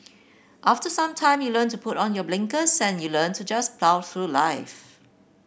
after some time you learn to put on your blinkers and you learn to just plough through life